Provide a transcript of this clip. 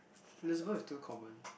Elizabeth is too common